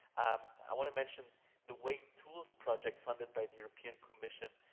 um i want to mention the way tools project funded by the european commission,